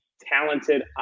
talented